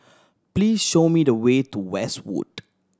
please show me the way to Westwood